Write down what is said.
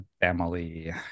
family